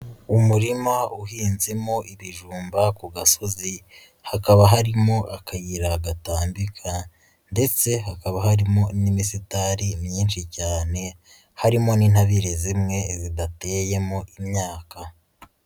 Umurima uhinzemo ibijumba ku gasozi, hakaba harimo akayira gatambika ndetse hakaba harimo n'imisitari myinshi cyane, harimo n'intabire zimwe zidateyemo imyaka.